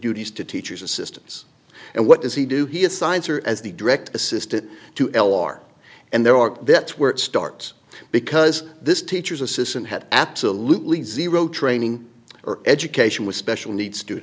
duties to teachers assistants and what does he do he is science or as the direct assistant to l r and there are that's where it starts because this teacher's assistant had absolutely zero training or education with special needs